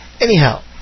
Anyhow